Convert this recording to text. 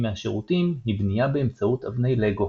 מהשירותים היא בנייה באמצעות אבני לגו.